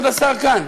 הנה, כבוד השר כאן.